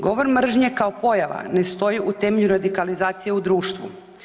Govor mržnje kao pojava ne stoji u temelju radikalizacije u društvu.